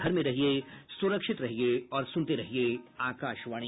घर में रहिये सुरक्षित रहिये और सुनते रहिये आकाशवाणी